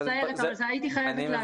מצטערת, אבל הייתי חייבת להגיד.